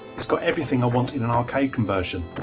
it's got everything i want in an arcade conversion.